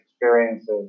Experiences